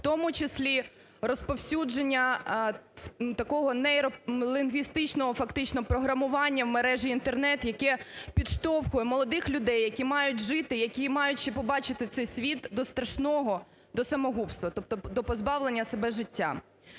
в тому числі розповсюдження такого нейролінгвістичного фактично програмування в мережі Інтернет, яке підштовхує молодих людей, які мають жити, які мають ще побачити цей світ, до страшного, до самогубства, тобто до позбавлення себе життя.